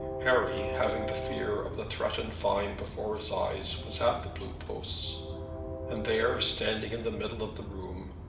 harry, having the fear of the threatened fine before his eyes, was at the blue posts and there, standing in the middle of the room,